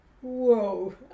whoa